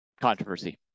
controversy